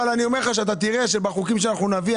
אבל אני אומר לך שאתה תראה שבחוקים שאנחנו נביא,